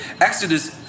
Exodus